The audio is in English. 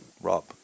Rob